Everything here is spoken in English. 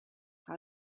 how